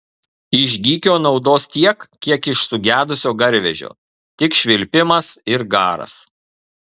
iš gykio naudos tiek kiek iš sugedusio garvežio tik švilpimas ir garas